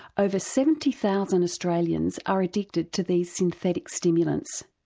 over seventy thousand australians are addicted to these synthetic stimulants,